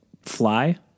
fly